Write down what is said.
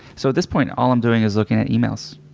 so at this point all i'm doing is looking at emails.